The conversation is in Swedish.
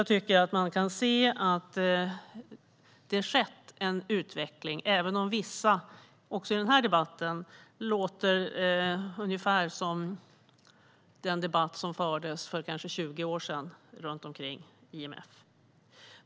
Man kan se att det har skett en utveckling, även om vissa - också i den här debatten - låter ungefär som man lät i debatten om IMF för 20 år sedan.